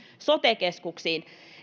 sote keskuksiin